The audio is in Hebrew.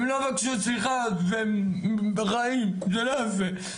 הם לא ביקשו סליחה בחיים, זה לא יפה,